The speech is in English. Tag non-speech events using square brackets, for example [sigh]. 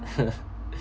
[laughs]